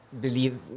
believe